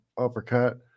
uppercut